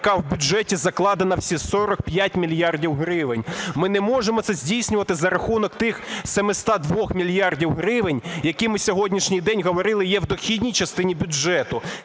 яка в бюджеті закладена, всі 45 мільярдів гривень. Ми не можемо це здійснювати за рахунок тих саме 102 мільярдів гривень, які на сьогоднішній день, говорили, є в дохідній частині бюджету.